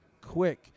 quick